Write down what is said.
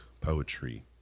poetry